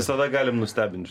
visada galim nustebint